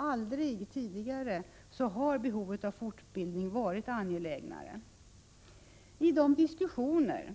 Aldrig tidigare har behovet av fortbildning varit angelägnare. I de diskussioner